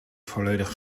volledig